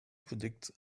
predicts